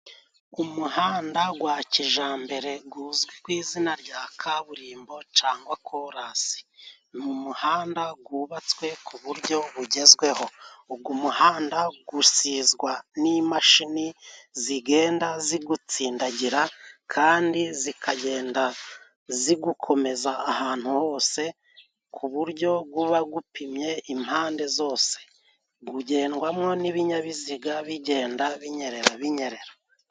Umuhanda gwa kijambere guzwi ku izina rya kaburimbo, cangwa kolasi. Ni umuhanda gwubatswe ku buryo bugezweho. Ugu muhanda gusizwa n'imashini zigenda zigutsindagira kandi zikagenda zigukomeza ahantu hose, ku buryo guba gupimye impande zose. Gugendwamo n'ibinyabiziga bigenda binyerera binyerera.